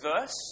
verse